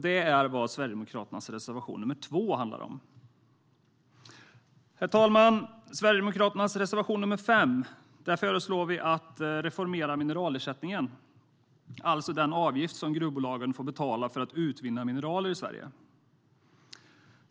Detta är vad Sverigedemokraternas reservation 2 handlar om. Herr talman! I Sverigedemokraternas reservation 5 föreslår vi en reformering av mineralersättningen, alltså den avgift som gruvbolagen får betala för att utvinna mineraler i Sverige.